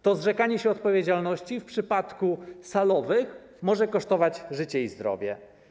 To zrzekanie się odpowiedzialności w przypadku salowych może kosztować życie i zdrowie.